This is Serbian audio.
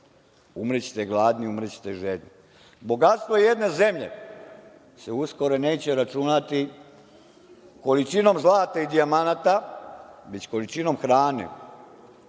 Umrećete gladni, umrećete žedni. Bogatstvo jedne zemlje se uskoro neće računati količinom zlata i dijamanata, već količinom hrane